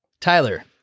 Tyler